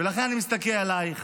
לכן אני מסתכל עלייך.